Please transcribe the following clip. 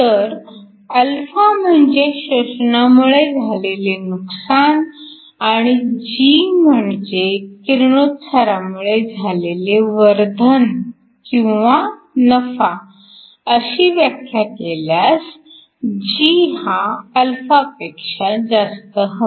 तर α म्हणजे शोषणामुळे झालेले नुकसान आणि g म्हणजे किरणोत्सारामुळे झालेले वर्धन किंवा नफा अशी व्याख्या केल्यास g हा α पेक्षा जास्त हवा